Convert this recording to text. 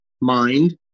mind